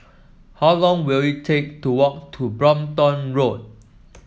how long will it take to walk to Brompton Road